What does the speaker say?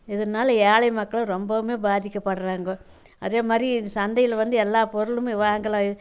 இதனால ஏழை மக்களும் ரொம்பவுமே பாதிக்கப்படுறாங்க அதேமாதிரி இது சந்தையில வந்து எல்லா பொருளுமே வாங்கலாம்